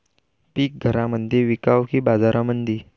पीक घरामंदी विकावं की बाजारामंदी?